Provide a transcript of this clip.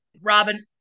Robin